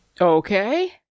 Okay